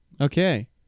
Okay